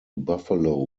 buffalo